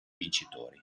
vincitori